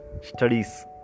studies